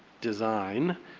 design,